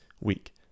week